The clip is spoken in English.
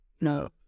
No